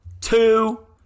two